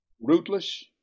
Rootless